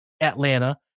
Atlanta